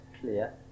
clear